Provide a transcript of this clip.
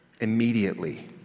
Immediately